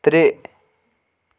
ترٛےٚ